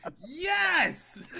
yes